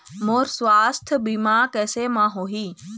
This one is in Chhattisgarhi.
मोर सुवास्थ बीमा कैसे म होही?